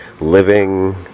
living